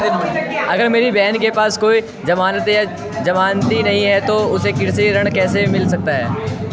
अगर मेरी बहन के पास कोई जमानत या जमानती नहीं है तो उसे कृषि ऋण कैसे मिल सकता है?